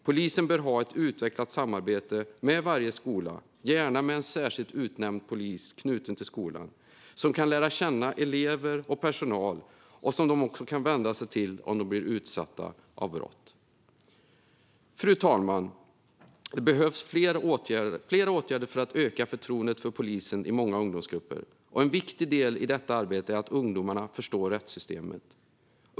Polisen bör ha ett utvecklat samarbete med varje skola, gärna med en särskilt utnämnd polis knuten till skolan som kan lära känna elever och personal och som de kan vända sig till om de blir utsatta för brott. Fru talman! Det behövs flera åtgärder för att öka förtroendet för polisen i många ungdomsgrupper, och en viktig del i detta arbete är att ungdomar förstår rättssystemet.